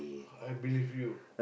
I believe you